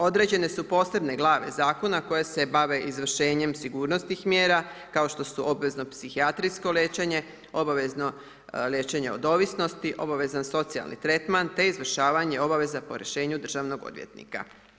Određene su posebne glave Zakona koje se bave izvršenje sigurnosnih mjera, kao što su obvezno psihijatrijsko liječenje, obavezno liječenje od ovisnosti, obavezan socijalni tretman, te izvršavanje obaveza po rješenju državnog odvjetnika.